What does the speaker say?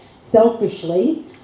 selfishly